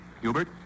Hubert